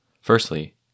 Firstly